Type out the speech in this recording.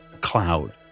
cloud